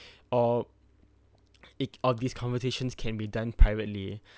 or it all these conversations can be done privately